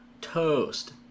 Toast